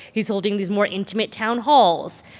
he's holding these more intimate town halls.